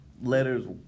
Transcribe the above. letters